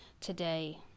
today